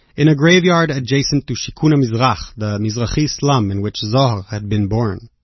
in a graveyard adjacent to shikun hamizrach, the mizrahi slum in which zohar had been born.